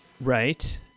Right